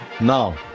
Now